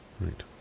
Right